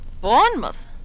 Bournemouth